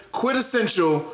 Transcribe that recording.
quintessential